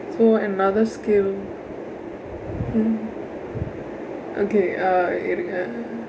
oh another skill hmm okay uh இருங்க:irungka